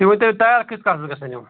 تُہۍ ؤنۍتَو یہِ تَیار کۭتِس کالَس گژھن یِم